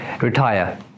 retire